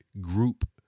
group